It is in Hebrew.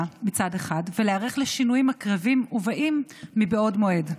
ולהיערך לשינויים הקרבים ובאים מבעוד מועד.